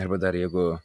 arba dar jeigu